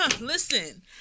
Listen